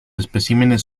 especímenes